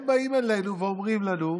הם באים אלינו ואומרים לנו: